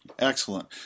Excellent